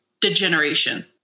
degeneration